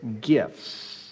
gifts